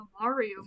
Mario